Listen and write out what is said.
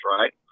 right